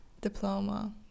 diploma